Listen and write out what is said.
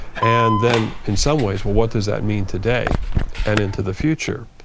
and then in some ways, well, what does that mean today and into the future?